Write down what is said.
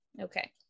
Okay